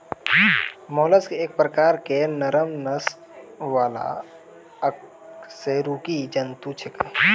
mollusc एक प्रकार के नरम नस वाला अकशेरुकी जंतु छेकै